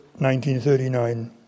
1939